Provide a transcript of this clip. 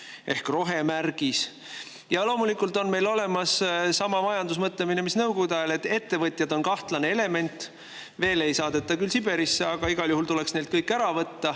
ehk rohemärgis. Loomulikult on meil olemas sama [ettekujutus] majandusest, mis oli nõukogude ajal, et ettevõtjad on kahtlane element. Veel ei saadeta küll Siberisse, aga igal juhul tuleks neilt kõik ära võtta,